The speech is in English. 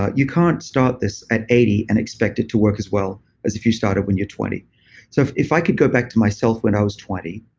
ah you can't stop this at eighty and expect it to work as well as if you started when you're twenty so point if i could go back to myself when i was twenty,